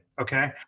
okay